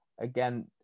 again